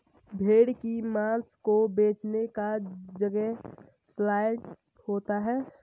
भेड़ की मांस को बेचने का जगह सलयार्ड होता है